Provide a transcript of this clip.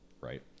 right